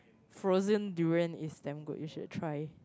frozen durian is damn good you should try